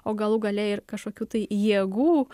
o galų gale ir kažkokių tai jėgų